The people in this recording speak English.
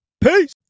Peace